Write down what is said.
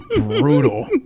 brutal